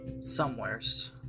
somewheres